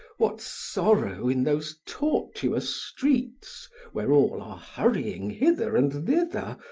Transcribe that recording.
what sorrow in those tortuous streets where all are hurrying hither and thither,